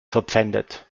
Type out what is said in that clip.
verpfändet